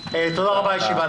אני מקווה מאוד שברגע ש"הרמזור"